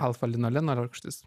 alfa linoleno rūgštis